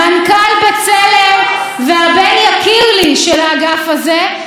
ופרסם הודעה שלפיה השופטים מצליחים להוציא מתחת